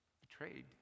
betrayed